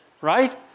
right